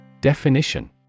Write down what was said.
Definition